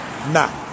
Nah